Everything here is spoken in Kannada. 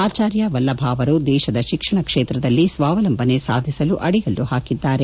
ಆಚಾರ್ಯ ವಲ್ಲಭ ಅವರು ದೇಶದ ಶಿಕ್ಷಣ ಕ್ಷೇತ್ರದಲ್ಲಿ ಸ್ವಾವಲಂಭನೆ ಸಾಧಿಸಲು ಅಡಿಗಲ್ಲು ಹಾಕಿದ್ದಾರೆ